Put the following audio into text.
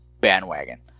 bandwagon